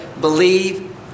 believe